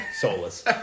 soulless